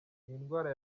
n’indwara